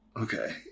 okay